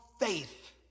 faith